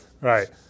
right